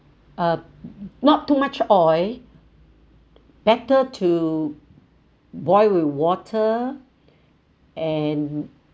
uh not too much oil better to boil with water and